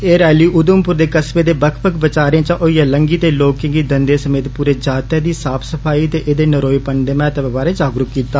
एह् रैली उधमपुर कस्वे दे बक्ख बक्ख बजारें चा होइयै लगी ते लोकें गी दंदे समेत पूरे जातै दी साफ सफाई ते एदे नरोएपन दे महत्वै बारै जागरुक कीता